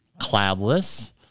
cloudless